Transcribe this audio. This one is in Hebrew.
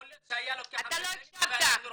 יכול להיות שהיה לוקח כמה שנים והיינו רוכשים.